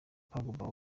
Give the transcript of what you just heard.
pogba